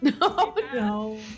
No